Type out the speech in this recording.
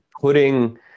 putting